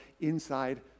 inside